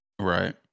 Right